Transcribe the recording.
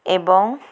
ଏବଂ